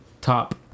top